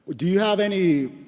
do you have any,